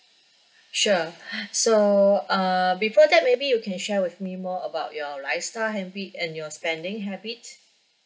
sure so uh before that maybe you can share with me more about your lifestyle habit and your spending habit